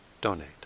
donate